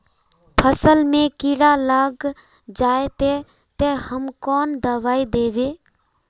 फसल में कीड़ा लग जाए ते, ते हम कौन दबाई दबे?